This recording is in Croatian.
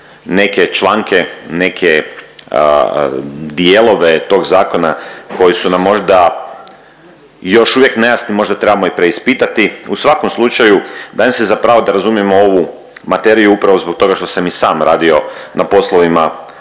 neke članke, neke dijelove tog zakona koji su nam možda još uvijek nejasni, možda trebamo i preispitati. U svakom slučaju dajem si za pravo da razumijem ovu materiju, upravo zbog toga što sam i sam radio na poslovima